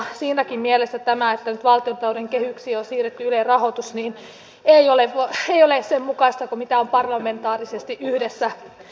siinäkin mielessä tämä että nyt valtiontalouden kehyksiin on siirretty ylen rahoitus ei ole sen mukaista kuin on parlamentaarisesti yhdessä eduskunnassa sovittu